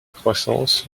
croissance